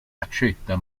accetta